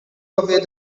away